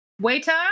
waiter